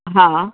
हा